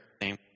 name